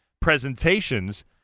presentations